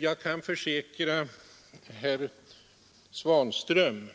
Jag kan försäkra herr Svanström